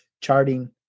Charting